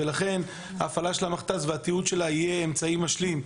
כך שהפעלת המכתז והתיעוד של זה יהיו אמצעי משלים,